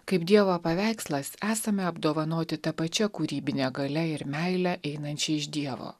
kaip dievo paveikslas esame apdovanoti ta pačia kūrybine galia ir meile einančia iš dievo